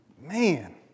Man